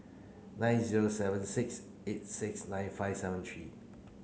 nine zero seven six eight six nine five seven three